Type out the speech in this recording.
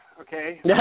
okay